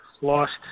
lost